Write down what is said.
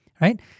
right